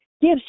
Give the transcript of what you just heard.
give